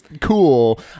cool